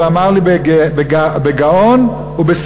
הוא אמר לי בגאון ובסיפוק,